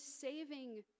saving